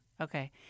okay